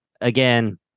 again